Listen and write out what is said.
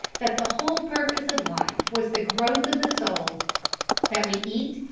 that the whole purpose of life was the growth of the soul that we eat,